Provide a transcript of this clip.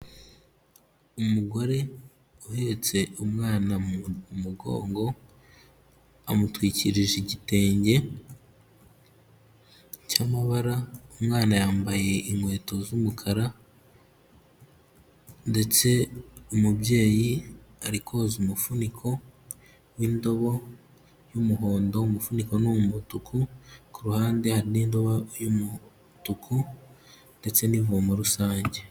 Umugore uhetse umwana mu mugongo, amutwikirije igitenge cy'amabara, umwana yambaye inkweto z'umukara, ndetse umubyeyi ari koza umufuniko w'indobo y'umuhondo, umufuniko ni umutuku, ku ruhande hari indi ndobo y'umutuku, ndetse n'ivomo rusange.